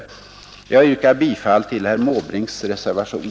Jag yrkar bifall till herr Måbrinks reservation.